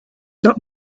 not